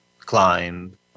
climb